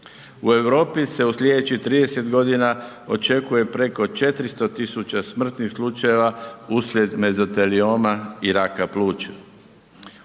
U Europi se u sljedećih 30 godina očekuje preko 400 tisuća smrtnih slučajeva uslijed mezotelioma i raka pluća.